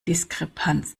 diskrepanz